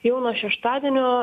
jau nuo šeštadienio